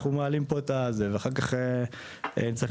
אנחנו מעלים פה את האפשרויות ואחר כך אם צריך,